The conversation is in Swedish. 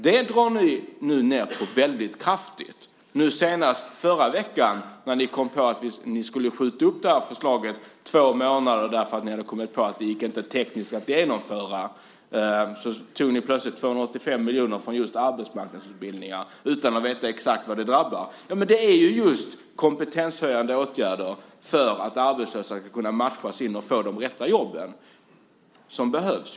Det drar ni nu ned på väldigt kraftigt, senast i förra veckan när ni skulle skjuta upp ert förslag i två månader därför att ni hade kommit på att det inte gick att genomföra tekniskt. Då tog ni plötsligt 285 miljoner från just arbetsmarknadsutbildningarna utan att veta exakt vad det drabbar. Det är ju just kompetenshöjande åtgärder för att arbetslösa ska kunna matchas in och få de rätta jobben som behövs!